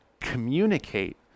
communicate